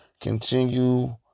continue